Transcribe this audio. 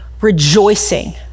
rejoicing